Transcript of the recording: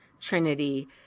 Trinity